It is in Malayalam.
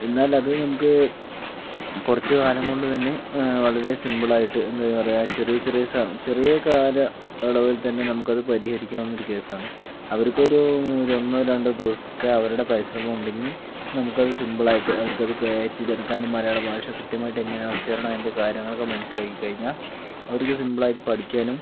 എന്നാൽ അത് നമുക്ക് കുറച്ചു കാലം കൊണ്ട് തന്നെ വളരെ സിമ്പിൾ ആയിട്ട് എന്താ പറയുക ചെറിയ ചെറിയ ചെറിയ കാലയളവിൽ തന്നെ നമുക്ക് അത് പരിഹരിക്കാവുന്ന ഒരു കേസാണ് അവർക്കൊരു ഒന്നോ രണ്ടോ ദിവസത്തെ അവരുടെ പരിശ്രമം ഉണ്ടെങ്കിൽ നമുക്ക് അത് സിമ്പിൾ ആയിട്ട് അവർക്ക് അത് ക്യാച്ച് ചെയ്ത് എടുക്കാനും മലയാള ഭാഷ കൃത്യമായിട്ട് എങ്ങനെയാണ് ഉച്ചാരണം അതിൻ്റെ കാര്യങ്ങളൊക്കെ മനസ്സിലാക്കി കഴിഞ്ഞാൽ അവർക്ക് സിമ്പിൾ ആയിട്ട് പഠിക്കാനും